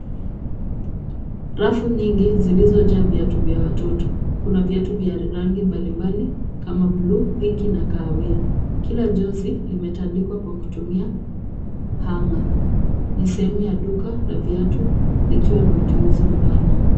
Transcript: Rafu nyingi zilizojaa viatu vya watoto. Kuna viatu vya rangi mbalimbali kama bluu, pinki, na kahawia. Kila jozi limetandikwa kwa kutumia hanger . Ni sehemu ya duka la viatu likiwa na uteuzi mpana.